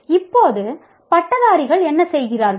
இப்போது பட்டதாரிகள் என்ன செய்கிறார்கள்